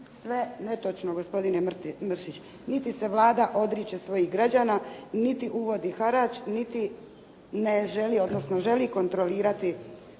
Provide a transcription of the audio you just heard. Sve netočno gospodine Mršić. Niti se Vlada odriče svojih građana, niti uvodi harač, niti ne želi, odnosno želi kontrolirati